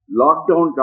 lockdown